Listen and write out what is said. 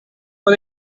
for